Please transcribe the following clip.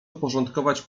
uporządkować